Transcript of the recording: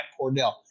Cordell